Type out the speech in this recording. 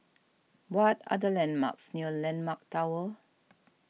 what are the landmarks near Landmark Tower